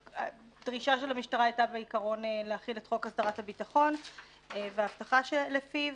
הדרישה של המשטרה הייתה להחיל את חוק הסדרת הביטחון והאבטחה שלפיו,